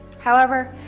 however,